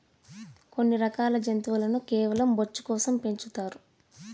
కొన్ని రకాల జంతువులను కేవలం బొచ్చు కోసం పెంచుతారు